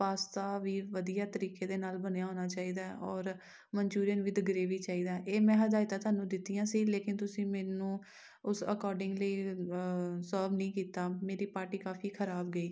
pasta ਵੀ ਵਧੀਆ ਤਰੀਕੇ ਦੇ ਨਾਲ ਬਣਿਆ ਹੋਣਾ ਚਾਹੀਦਾ ਹੈ ਔਰ ਮਨਚੂਰੀਅਨ ਵਿਦ ਗਰੇਵੀ ਚਾਹੀਦਾ ਇਹ ਮੈਂ ਹਦਾਇਤਾਂ ਤੁਹਾਨੂੰ ਦਿੱਤੀਆਂ ਸੀ ਲੇਕਿਨ ਤੁਸੀਂ ਮੈਨੂੰ ਉਸ ਅਕੋਰਡਿੰਗਲੀ ਸਰਵ ਨਹੀਂ ਕੀਤਾ ਮੇਰੀ ਪਾਰਟੀ ਕਾਫੀ ਖ਼ਰਾਬ ਗਈ